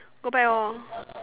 go back lor